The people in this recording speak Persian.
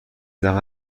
زحمت